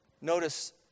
Notice